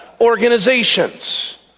organizations